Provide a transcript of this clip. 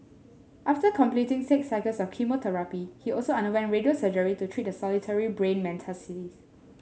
after completing six cycles of chemotherapy he also underwent radio surgery to treat the solitary brain metastasis